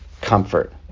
comfort